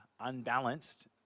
unbalanced